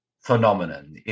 phenomenon